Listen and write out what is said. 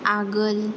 आगोल